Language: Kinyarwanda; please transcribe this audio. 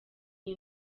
iyi